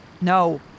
No